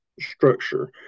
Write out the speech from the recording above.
structure